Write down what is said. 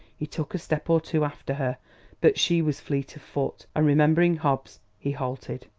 he took a step or two after her but she was fleet of foot, and, remembering hobbs, he halted.